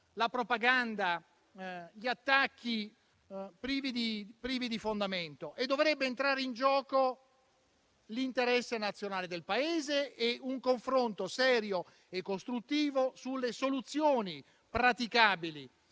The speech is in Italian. la propaganda, gli attacchi privi di fondamento; dovrebbe entrare in gioco l'interesse nazionale del Paese e un confronto serio e costruttivo sulle soluzioni praticabili